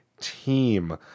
team